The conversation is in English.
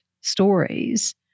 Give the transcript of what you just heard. stories